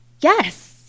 yes